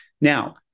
Now